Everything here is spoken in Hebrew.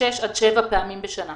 כשש עד שבע פעמים בשנה.